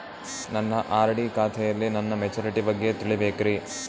ನನ್ನ ಆರ್.ಡಿ ಖಾತೆಯಲ್ಲಿ ನನ್ನ ಮೆಚುರಿಟಿ ಬಗ್ಗೆ ತಿಳಿಬೇಕ್ರಿ